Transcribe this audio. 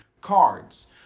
cards